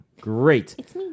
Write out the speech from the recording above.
Great